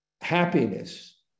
happiness